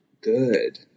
good